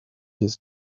his